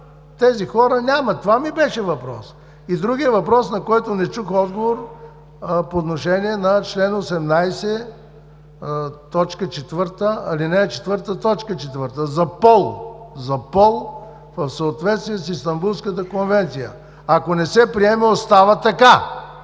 тези хора няма? Това ми беше въпросът. Другият въпрос, на който не чух отговор, по отношение на чл. 18, ал. 4, т. 4, за пол в съответствие с Истанбулската конвенция. Ако не се приеме – остава така.